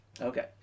Okay